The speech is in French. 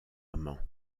amant